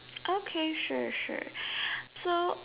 okay sure sure so